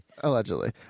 Allegedly